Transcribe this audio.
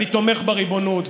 אני תומך בריבונות.